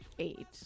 eight